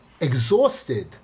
exhausted